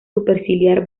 superciliar